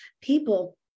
people